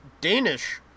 Danish